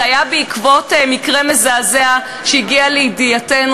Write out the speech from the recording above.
זה היה בעקבות מקרה מזעזע שהגיע לידיעתנו,